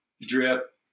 drip